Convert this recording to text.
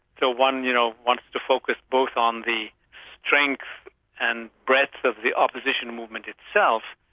so one you know wants to focus both on the strength and breadth of the opposition movement itself,